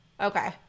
Okay